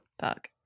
Fuck